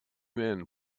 men